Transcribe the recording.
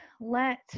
let